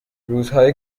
روزهای